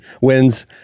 wins